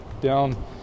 down